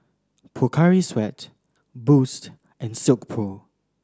Pocari Sweat Boost and Silkpro